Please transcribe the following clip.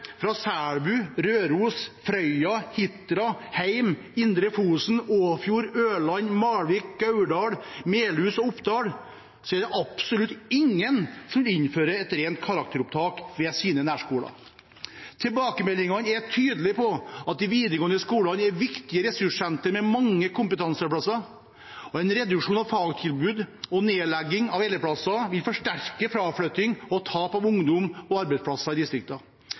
fra Selbu, Røros, Frøya, Hitra, Heim, Indre Fosen, Åfjord, Ørland, Malvik, Gauldal, Melhus og Oppdal er det absolutt ingen som vil innføre et rent karakteropptak ved sine nærskoler. Tilbakemeldingene er tydelig på at de videregående skolene er viktige ressurssenter med mange kompetansearbeidsplasser. En reduksjon av fagtilbud og nedlegging av elevplasser vil forsterke fraflytting og tap av ungdom og arbeidsplasser i